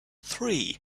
three